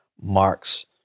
Marx